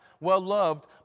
well-loved